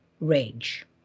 rage